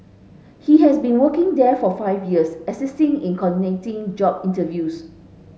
he has been working there for five years assisting in coordinating job interviews